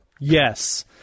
Yes